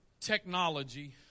technology